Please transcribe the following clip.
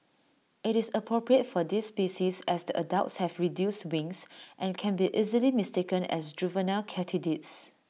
IT is appropriate for this species as the adults have reduced wings and can be easily mistaken as juvenile katydids